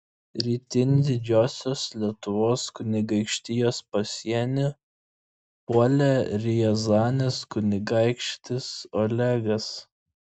rytinį didžiosios lietuvos kunigaikštijos pasienį puolė riazanės kunigaikštis olegas